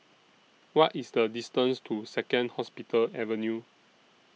What IS The distance to Second Hospital Avenue